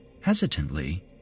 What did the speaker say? Hesitantly